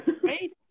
Great